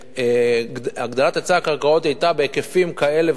הגדלת היצע הקרקעות היתה בהיקפים כאלה,